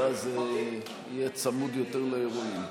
ואז זה יהיה צמוד יותר לאירועים.